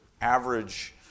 average